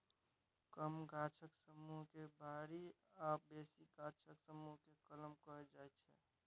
कम गाछक समुह केँ बारी आ बेसी गाछक समुह केँ कलम कहल जाइ छै